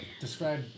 describe